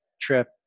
trip